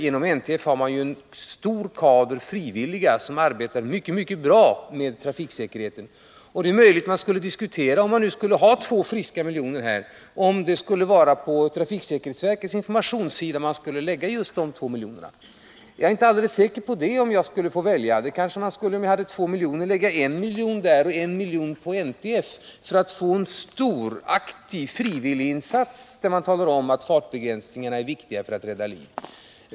Inom NTF finns ju ett stort antal frivilliga som arbetar mycket bra med trafiksäkerhetsfrågor. Om vi nu hade två friska miljoner att disponera, då är det möjligt att vi borde diskutera om det är just på trafiksäkerhetsverkets informationssida man skulle lägga dessa två miljoner. Jag är inte alldeles säker på att jag skulle göra det, om jag fick välja. Om jag hade två miljoner kanske jag skulle lägga en miljon på trafiksäkerhetsverket och en på NTF för att få en stor, aktiv frivilliginsats, där man exempelvis talade om att fartbegränsningarna är viktiga för att rädda liv.